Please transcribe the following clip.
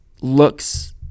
looks